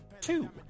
two